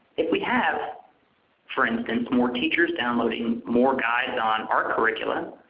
if we have for instance more teachers downloading more guides on art curriculum,